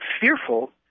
fearful